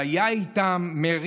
והיה מרים